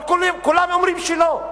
אבל כולם אומרים שלא,